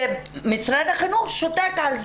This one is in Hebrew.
ומשרד החינוך שותק,